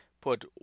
Put